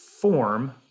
form